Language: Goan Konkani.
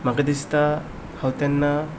म्हाका दिसता हांव तेन्ना